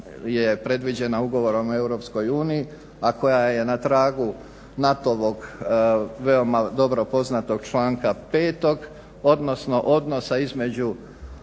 je predviđena Ugovorom o EU, a koja je na tragu NATO-vog veoma dobro poznatog članka 5. odnosno odnosa između